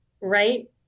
right